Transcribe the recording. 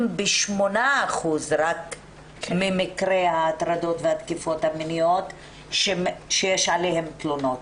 ב-8% בלבד ממקרי ההטרדות והתקיפות המיניות שיש עליהן תלונות,